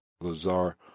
Lazar